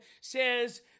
says